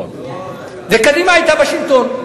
וקדימה היתה בשלטון.